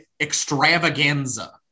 extravaganza